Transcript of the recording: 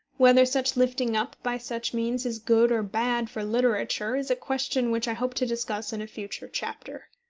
whether such lifting up by such means is good or bad for literature is a question which i hope to discuss in a future chapter.